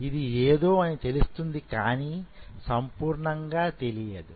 ఇది ఏదో అని తెలుస్తుంది కానీ సంపూర్ణంగా తెలియదు